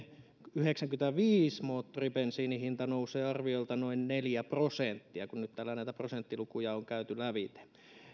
yhdeksänkymmentäviisi moottoribensiinin hinta nousee arviolta noin neljä prosenttia kun nyt täällä näitä prosenttilukuja on käyty lävitse